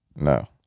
no